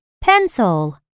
pencil